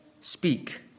Speak